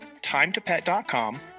timetopet.com